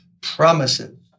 promises